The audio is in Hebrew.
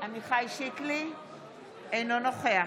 אינו נוכח